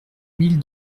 mille